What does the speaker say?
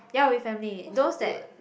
ya with family those that